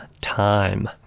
time